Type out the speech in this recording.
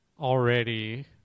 Already